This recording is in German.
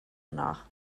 nach